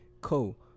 cool